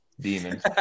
Demons